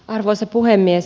arvoisa puhemies